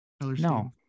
no